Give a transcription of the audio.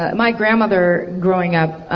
ah my grandmother growing up